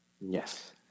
Yes